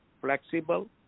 Flexible